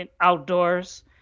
outdoors